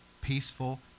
peaceful